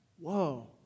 Whoa